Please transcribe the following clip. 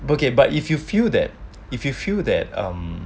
okay but if you feel that if you feel that um